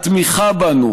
התמיכה בנו